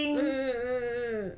mmhmm mm mm